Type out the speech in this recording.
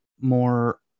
more